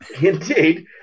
Indeed